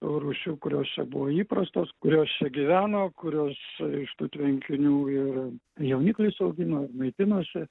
rūšių kurios čia buvo įprastos kurios čia gyveno kurios iš tų tvenkinių ir jauniklius augino ir maitinosi